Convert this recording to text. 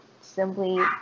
simply